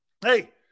Hey